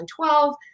2012